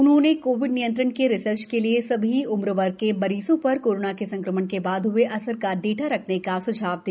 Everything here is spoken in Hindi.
उन्होंने कोविड नियंत्रण के रिसर्च के लिए सभी उम्र वर्ग के मरीजों पर कोरोना के संक्रमण के बाद हुए असर का डाटा रखने का सुझाव दिया